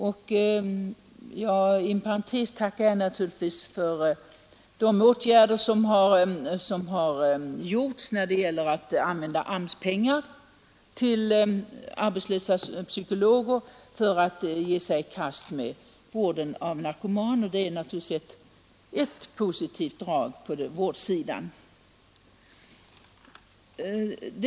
Inom parentes sagt tackar jag naturligtvis för de åtgärder som har Torsdagen den vidtagits — man använder nu AMS-pengar för att arbetslösa psykologer 7 december 1972 skall få ge sig i kast med vården av narkomaner. Det är ett positivt drag — på vårdsidan. Ang.